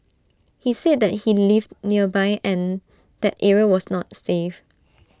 he said that he lived nearby and that area was not safe